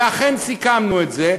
ואכן סיכמנו את זה,